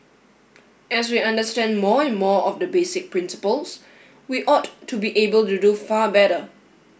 as we understand more and more of the basic principles we ought to be able to do far better